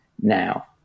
now